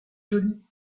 jolie